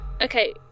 Okay